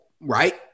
right